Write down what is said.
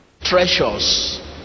treasures